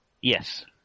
Yes